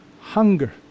Hunger